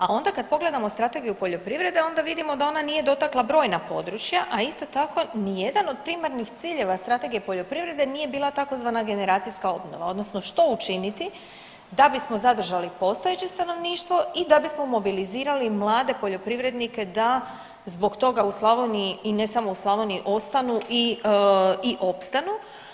A onda kad pogledamo Strategiju poljoprivrede onda vidimo da ona nije dotakla brojna područja, a isto tako nijedan od primarnih ciljeva Strategije poljoprivrede nije bila tzv. generacijska obnova odnosno što učiniti da bismo zadržali postojeće stanovništvo i da bismo mobilizirali mlade poljoprivrednike da zbog toga u Slavoniji i ne samo u Slavoniji ostanu i opstanu.